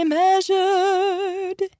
measured